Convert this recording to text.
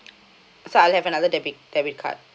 so I have another debit debit card